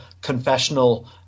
confessional